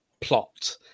plot